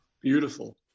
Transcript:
beautiful